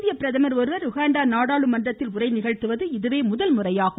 இந்திய பிரதமர் ஒருவர் உகாண்டா நாடாளுமன்றத்தில் உரை நிகழ்த்துவது இதுவே முதல் முறையாகும்